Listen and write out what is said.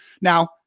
Now